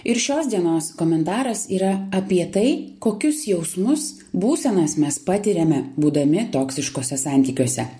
ir šios dienos komentaras yra apie tai kokius jausmus būsenas mes patiriame būdami toksiškuose santykiuose